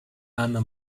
anna